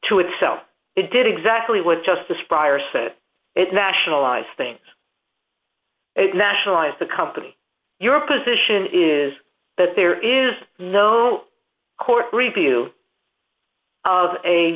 to itself it did exactly what justice prior said it nationalized thing it nationalized the company your position is that there is no court review of a